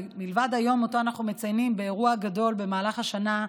מלבד היום שאותו אנחנו מציינים באירוע גדול במהלך השנה,